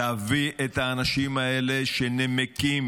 להביא את האנשים האלה שנמקים